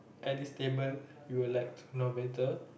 at this table you would like to know better